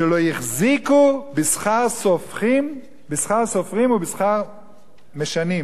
"שלא החזיקו בשכר סופרים ובשכר מְשנים",